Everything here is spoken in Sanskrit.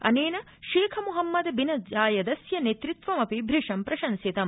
अनेन शेख मोहम्मद बिन जायदस्य नेतृत्वमपि भृशं प्रशंसितम्